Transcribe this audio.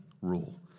rule